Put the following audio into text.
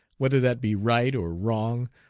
whether that be right or wrong,